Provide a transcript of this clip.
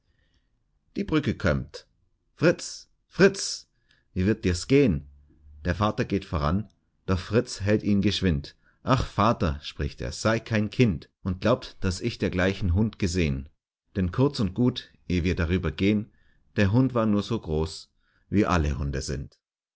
die brücke kömmt fritz fritz wie wird dirs gehen der vater geht voran doch fritz hält ihn geschwind ach vater spricht er seid kein kind und glaubt daß ich dergleichen hund gesehen denn kurz und gut eh wir darüber gehen der hund war nur so groß wie alle hunde sind